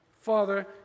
Father